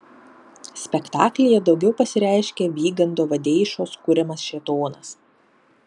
spektaklyje daugiau pasireiškia vygando vadeišos kuriamas šėtonas